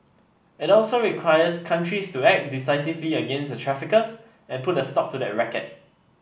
it also requires countries to act decisively against the traffickers and put a stop to the racket